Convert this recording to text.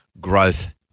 growth